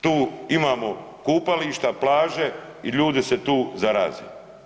Tu imamo kupališta, plaže, ljudi se tu zaraze.